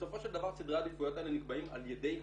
בסופו של דבר סדרי העדיפויות האלה נקבעים על ידי המשרדים.